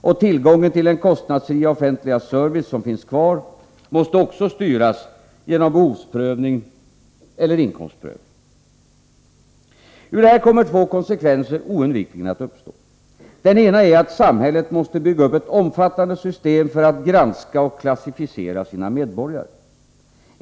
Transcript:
Och tillgången till den kostnadsfria offentliga service som finns kvar måste också styras genom behovsprövning eller inkomstprövning. Ur detta kommer två konsekvenser oundvikligen att uppstå. Den ena är att samhället måste bygga upp ett omfattande system för att granska och klassificera sina medborgare.